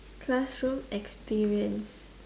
classroom experience